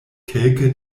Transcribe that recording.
kelke